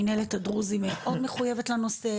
מינהלת הדרוזים מאוד מחויבת לנושא,